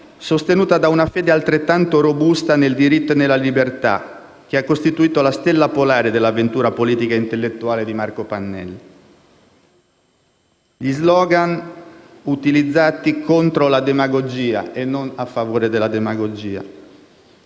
sostenuta da una fede altrettanto robusta nel diritto e nella libertà, ha costituito la stella polare dell'avventura politica e intellettuale di Marco Pannella; gli slogan utilizzati contro la demagogia e non a favore della stessa.